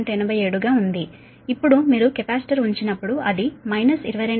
87 గా ఉంది ఇప్పుడు మీరు కెపాసిటర్ ఉంచినప్పుడు అది మైనస్ 22